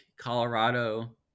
Colorado